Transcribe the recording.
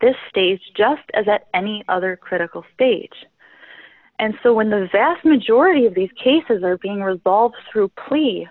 this stage just as at any other critical stage and so when the vast majority of these cases are being resolved through plea